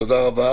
תודה רבה.